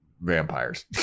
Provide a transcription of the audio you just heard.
vampires